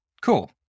Cool